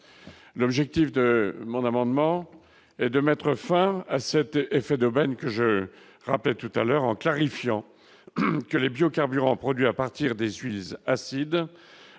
l'objectif de mon amendement et de mettre fin à cet effet d'aubaine que je rappelais tout à l'heure en clarifiant que les biocarburants produits à partir des 8 E acide,